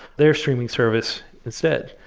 their streaming service instead.